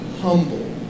humble